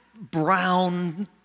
brown